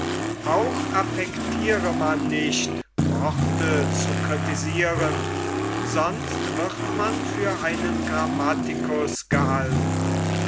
auch affektire man nicht worte zu kritisiren sonst wird man für einen grammatikus gehalten